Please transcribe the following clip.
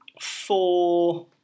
four